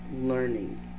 learning